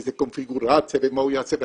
באיזה קונפיגורציה ומה הוא יעשה,